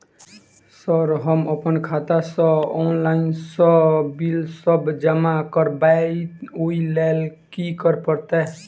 Sir हम अप्पन खाता सऽ ऑनलाइन सऽ बिल सब जमा करबैई ओई लैल की करऽ परतै?